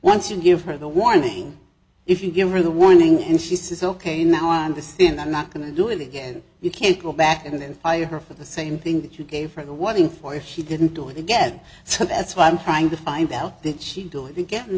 once you give her the warning if you give her the warning and she says ok now i understand i'm not going to do it again you can't go back and then fire her for the same thing that you gave her the one for if she didn't do it again so that's why i'm trying to find out that she do it again